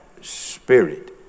spirit